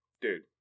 dude